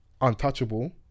untouchable